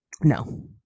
No